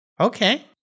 Okay